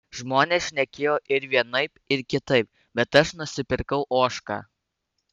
žmonės šnekėjo ir vienaip ir kitaip bet aš nusipirkau ožką